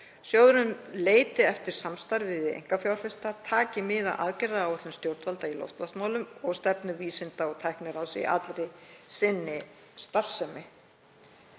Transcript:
Sjóðurinn leiti eftir samstarfi við einkafjárfesta, taki mið af aðgerðaáætlun stjórnvalda í loftslagsmálum og stefnu Vísinda- og tækniráðs í allri sinni starfsemi.